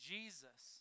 Jesus